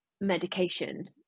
medication